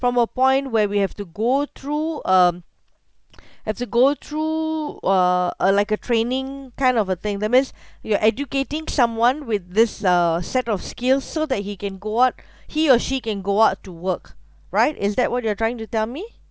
from a point where we have to go through um have to go through uh uh like a training kind of a thing that means you're educating someone with this uh set of skills so that he can go out he or she can go out to work right is that what you are trying to tell me